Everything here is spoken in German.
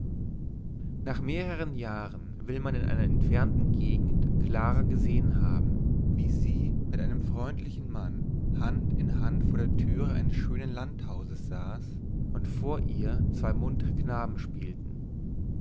nach mehreren jahren will man in einer entfernten gegend clara gesehen haben wie sie mit einem freundlichen mann hand in hand vor der türe eines schönen landhauses saß und vor ihr zwei muntre knaben spielten